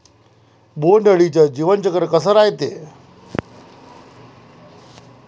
बोंड अळीचं जीवनचक्र कस रायते?